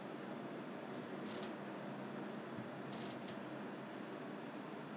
Four Fingers 咸不过我会吃那个好像那种 kimchi 什么什么 not the ori~ not the